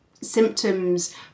symptoms